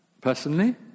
Personally